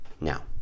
Now